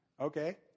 Okay